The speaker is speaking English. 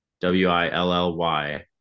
W-I-L-L-Y